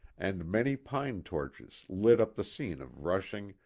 and many pine torches lit up the scene of rushing,